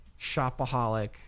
shopaholic